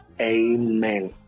Amen